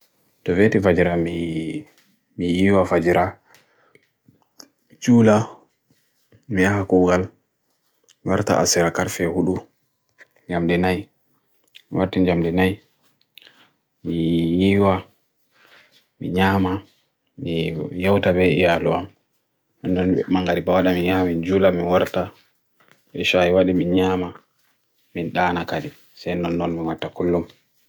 Dove tifadjera mii iwa fadjera, jula miiha kougan, worta asera kafe hulu, jamdenai, wortin jamdenai, mii iwa, mii nyama, mii yawta bei iwa luwa, mangari baada miiha bin jula mii worta, isha iwa di mii nyama, mii dana kari, sen non non mamata kolum.